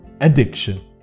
addiction